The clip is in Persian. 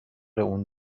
اون